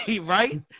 right